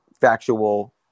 factual